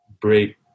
break